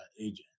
agent